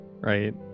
Right